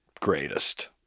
greatest